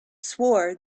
swore